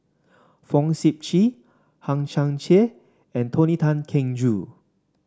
Fong Sip Chee Hang Chang Chieh and Tony Tan Keng Joo